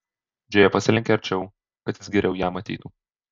džėja pasilenkė arčiau kad jis geriau ją matytų